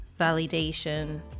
validation